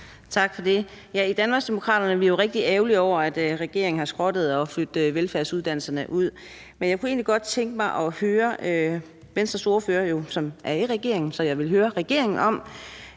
Tak for det. I Danmarksdemokraterne er vi jo rigtig ærgerlige over, at regeringen har skrottet det at flytte velfærdsuddannelserne ud. Men jeg kunne egentlig godt tænke mig at høre Venstres ordfører om noget, og Venstre er jo i regeringen. Så jeg vil høre regeringen om,